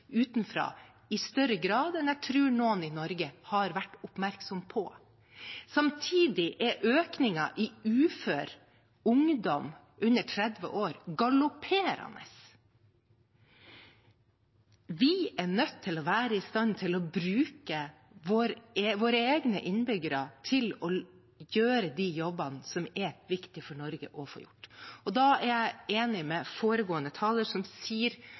utenfra i større grad enn jeg tror noen i Norge har vært oppmerksom på. Samtidig er økningen i ufør ungdom under 30 år galopperende. Vi er nødt til å være i stand til å bruke våre egne innbyggere til å gjøre de jobbene som er viktig for Norge å få gjort. Da er jeg enig med foregående taler, som sier